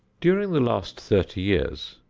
during the last thirty years,